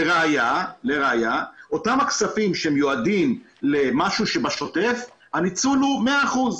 לראיה אותם הכספים שמיועדים למשהו בשוטף הניצול הוא מאה אחוז.